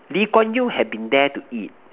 Lee-Kuan-Yew had been there to eat